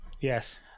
yes